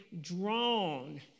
drawn